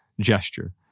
gesture